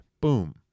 boom